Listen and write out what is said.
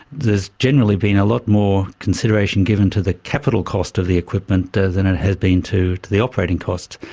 there has generally been a lot more consideration given to the capital cost of the equipment ah than there ah has been to to the operating costs.